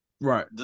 Right